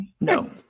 no